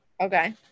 Okay